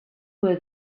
were